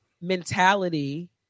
mentality